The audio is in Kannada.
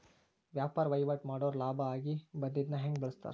ವ್ಯಾಪಾರ್ ವಹಿವಾಟ್ ಮಾಡೋರ್ ಲಾಭ ಆಗಿ ಬಂದಿದ್ದನ್ನ ಹೆಂಗ್ ಬಳಸ್ತಾರ